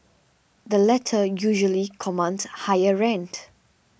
the letter usually commands higher rent